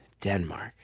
Denmark